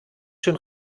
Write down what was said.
schön